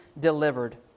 delivered